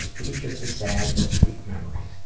it was just a sad, but sweet memory.